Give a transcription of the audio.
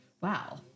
wow